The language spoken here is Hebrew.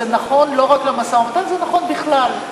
זה נכון לא רק למשא-ומתן, זה נכון בכלל.